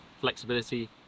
flexibility